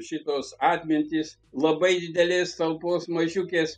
šitos atmintys labai didelės talpos mažiukės